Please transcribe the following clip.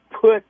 put